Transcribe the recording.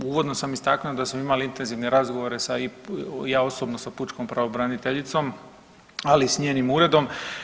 Uvodno sam istaknuo da smo imali intenzivne razgovore sa i ja osobno sa pučkom pravobraniteljicom, ali i s njenim uredom.